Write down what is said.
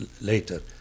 later